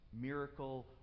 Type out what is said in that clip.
miracle